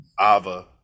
Ava